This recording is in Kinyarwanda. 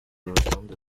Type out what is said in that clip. rutonde